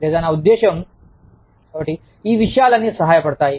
లేదా నా ఉద్దేశ్యం కాబట్టి ఈ విషయాలన్నీ సహాయపడతాయి